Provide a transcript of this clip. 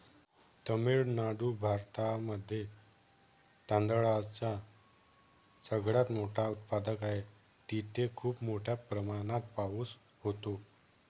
तामिळनाडू भारतामध्ये तांदळाचा सगळ्यात मोठा उत्पादक आहे, तिथे खूप मोठ्या प्रमाणात पाऊस होतो